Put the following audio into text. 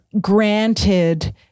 granted